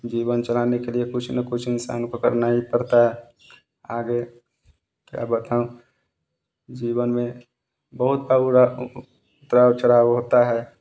जीवन चलाने के लिए कुछ न कुछ इंसान को करना ही पड़ता है आगे क्या बताऊँ जीवन में बहुत का उड़ा उतराव चढ़ाव होता है